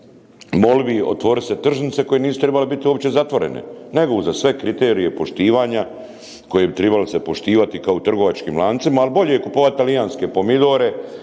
molbi otvorit se tržnice koje nisu trebale uopće zatvorene, nego uza sve kriterije poštivanja koje bi tribali se poštivati kao u trgovačkim lancima, ali bolje je kupovati talijanske pomidore,